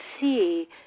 see